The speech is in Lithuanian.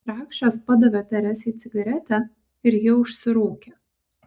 drakšas padavė teresei cigaretę ir ji užsirūkė